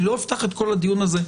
אני לא אפתח את כל הדיון הזה,